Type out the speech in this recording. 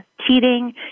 cheating